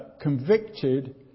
convicted